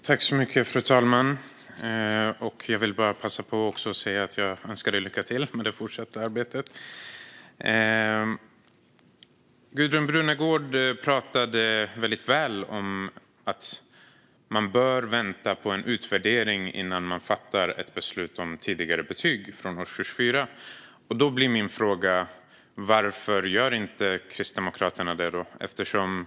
Fru talman! Jag börjar med att önska Gudrun Brunegård lycka till i det fortsatta arbetet. Gudrun Brunegård talade väldigt väl om att man bör vänta på en utvärdering innan man fattar ett beslut om betyg från årskurs 4. Min fråga blir då: Varför gör inte Kristdemokraterna det?